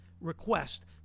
request